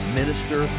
minister